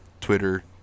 Twitter